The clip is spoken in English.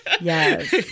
yes